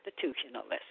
constitutionalist